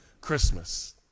Christmas